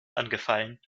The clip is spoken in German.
angefallen